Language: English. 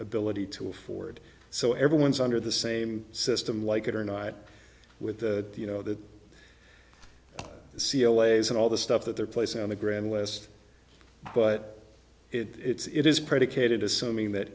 ability to afford so everyone's under the same system like it or not with the you know the c l a's and all the stuff that they're place on the ground list but it is predicated assuming that